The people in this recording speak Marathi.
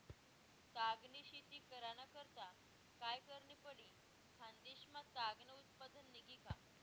ताग नी शेती कराना करता काय करनं पडी? खान्देश मा ताग नं उत्पन्न निंघी का